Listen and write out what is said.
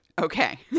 Okay